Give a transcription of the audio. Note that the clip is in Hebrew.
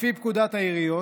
לפי פקודת העיריות,